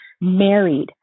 married